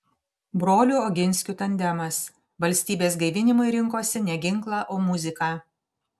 brolių oginskių tandemas valstybės gaivinimui rinkosi ne ginklą o muziką